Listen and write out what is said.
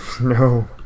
No